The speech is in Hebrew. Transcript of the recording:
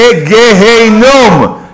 לגיהינום.